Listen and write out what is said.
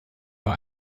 war